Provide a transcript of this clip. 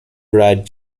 brad